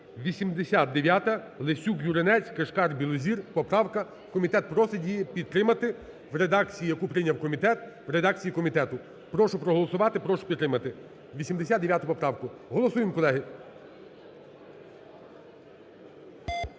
89-а, Лесюк, Юринець, Кишкар, Білозір поправка, комітет просить її підтримати в редакції, яку прийняв комітет, в редакції комітету. Прошу проголосувати, прошу підтримати 89 поправку. Голосуємо, колеги.